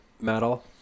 metal